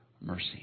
mercy